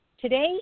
Today